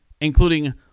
including